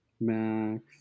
Max